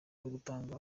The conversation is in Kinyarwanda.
ugutanga